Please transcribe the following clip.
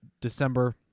december